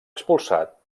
expulsat